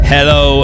Hello